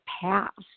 past